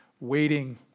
waiting